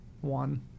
one